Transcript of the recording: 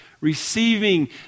receiving